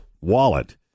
wallet